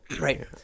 right